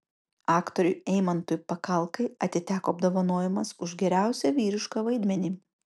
aktoriui eimantui pakalkai atiteko apdovanojimas už geriausią vyrišką vaidmenį